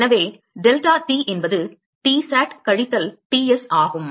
எனவே delta T என்பது Tsat கழித்தல் Ts ஆகும்